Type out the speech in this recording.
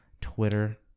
Twitter